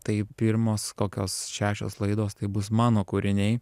tai pirmos kokios šešios laidos tai bus mano kūriniai